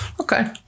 okay